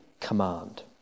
command